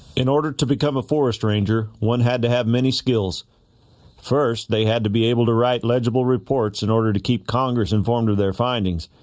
in order to become a forest ranger one had to have many skills first they had to be able to write legible reports in order to keep congress informed of their findings